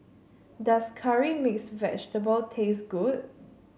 does Curry Mixed Vegetable taste good